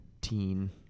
teen